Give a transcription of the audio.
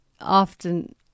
often